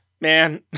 man